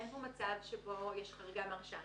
אין כאן מצב שבו יש חריגה מהרשאה.